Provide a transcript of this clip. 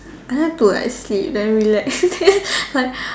I like to like sleep then relax then like